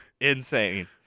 insane